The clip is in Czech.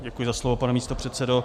Děkuji za slovo, pane místopředsedo.